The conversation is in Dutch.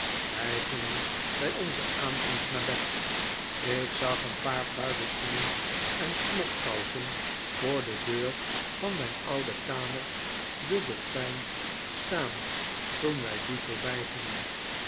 wij gingen bij onze aankomst naar bed ik zag een paar vuile schoenen en slobkousen voor de deur van mijn oude kamer de dolfijn staan toen wij die